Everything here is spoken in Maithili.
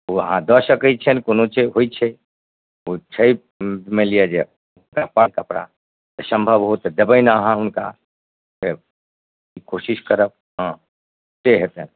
ओ अहाँ दऽ सकै छिअनि कोनो छै होइ छै ओ छै मानि लिअऽ जे कपड़ा सम्भव हो तऽ देबनि अहाँ हुनका कोशिश करब हँ से हेतनि